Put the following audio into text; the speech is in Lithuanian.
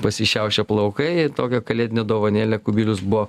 pasišiaušė plaukai tokią kalėdinę dovanėlę kubilius buvo